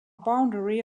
boundary